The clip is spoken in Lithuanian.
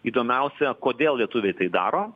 įdomiausia kodėl lietuviai tai daro